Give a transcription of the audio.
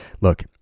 look